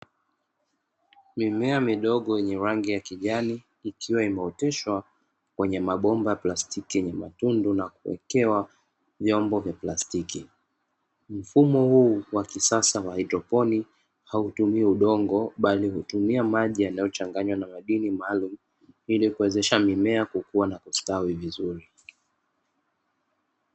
Mimea midogo yenye rangi ya kijani ikiwa imeoteshwa kwenye mabomba ya plastiki yenye matundi na kuwekewa vyombo vya platiki. Mfumo huu wa kisasa wa haidroponi hautumii udongo bali hutumia maji yanayochanganywa na madini maalumu, ili kuwezesha mimea kukua na kustawi vizuri.